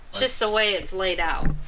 just the way it's laid out.